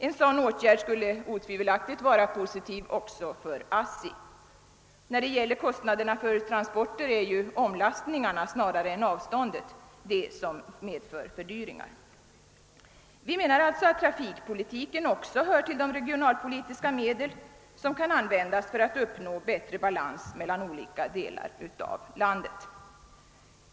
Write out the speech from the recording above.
En sådan åtgärd skulle otvivelaktigt vara positiv också för ASSI. När det gäller kostnaderna för transporterna är det ju snarare omlastningarna än avståndet som medför fördyringar. Vi menar alltså att även trafikpolitiken hör till de regionalpolitiska medel som kan användas för att uppnå bättre balans mellan olika delar av landet.